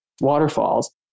waterfalls